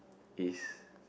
is